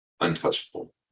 untouchable